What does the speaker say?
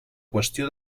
qüestió